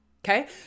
Okay